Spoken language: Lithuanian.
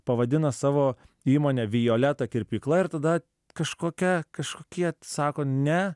pavadina savo įmonę violeta kirpykla ir tada kažkokia kažkokie sako ne